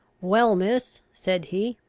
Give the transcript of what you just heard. well, miss, said he,